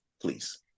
please